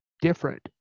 different